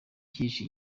cyihishe